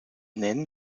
nennen